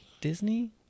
Disney